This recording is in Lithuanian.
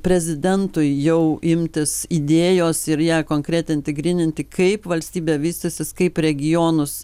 prezidentui jau imtis idėjos ir ją konkretinti gryninti kaip valstybė vystysis kaip regionus